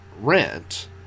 rent